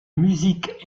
musique